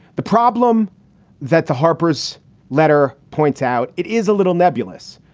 the problem that the harper's letter points out, it is a little nebulous.